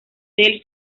del